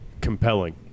compelling